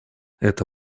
эта